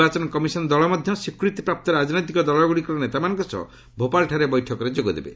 ନିର୍ବାଚନ କମିଶନ ଦଳ ମଧ୍ୟ ସ୍ୱୀକୃତିପ୍ରାପ୍ତ ରାଜନୈତିକ ଦଳଗୁଡ଼ିକର ନେତାମାନଙ୍କ ସହ ଭୋପାଳଠାରେ ବୈଠକରେ ଯୋଗଦେବେ